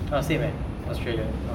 oh same eh